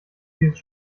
dieses